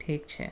ઠીક છે